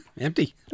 empty